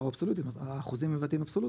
הפער הוא אבסולוטי, האחוזים מבטאים אבסולוטי.